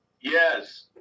Yes